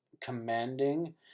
commanding